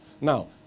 Now